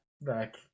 back